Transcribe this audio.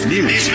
News